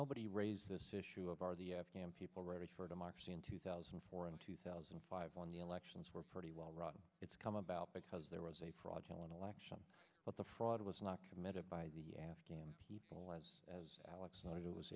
nobody raised this issue of are the afghan people ready for democracy in two thousand and four and two thousand and five on the elections were pretty well it's come about because there was a fraudulent election but the fraud was not committed by the afghan people as as alex not